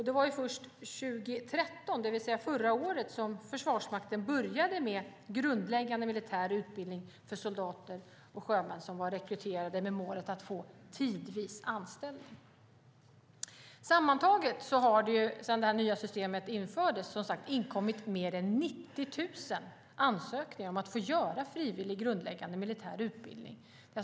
Det var först 2013, det vill säga förra året, som Försvarsmakten började med grundläggande militär utbildning för soldater och sjömän som var rekryterade med målet att de skulle få tidvis anställning. Sammantaget har det sedan det här nya systemet infördes, alltså sedan 2011, inkommit mer än 90 000 ansökningar om att få göra frivillig grundläggande militär utbildning.